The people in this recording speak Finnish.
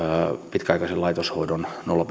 pitkäaikaisen laitoshoidon nolla